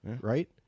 right